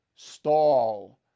Stall